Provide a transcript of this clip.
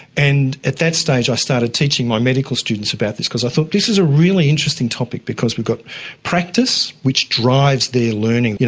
and at that stage i started teaching my medical students about this because i thought this is a really interesting topic because we've got practice which drives their learning. you